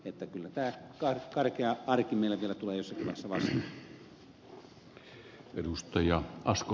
että kyllä tämä karkea arki meille vielä tulee jossakin vaiheessa vastaan